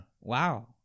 Wow